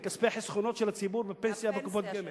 מכספי החסכונות של הציבור בפנסיה בקופת גמל.